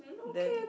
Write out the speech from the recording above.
then